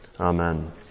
Amen